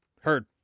heard